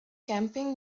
camping